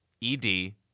E-D